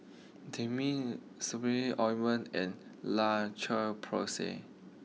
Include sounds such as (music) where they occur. Dermale (unintelligible) Ointment and La (unintelligible) Porsay